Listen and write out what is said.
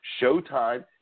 Showtime